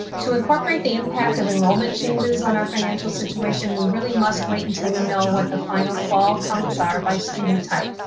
to incorporate the impact of enrollment changes on our financial situation, we really must wait until we know what the final fall counts are by student type,